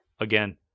Again